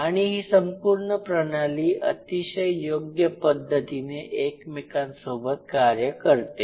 आणि ही संपूर्ण प्रणाली अतिशय योग्य पद्धतीने एकमेकांसोबत कार्य करते